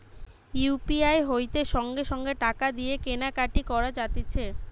UPI হইতে সঙ্গে সঙ্গে টাকা দিয়ে কেনা কাটি করা যাতিছে